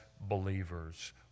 believers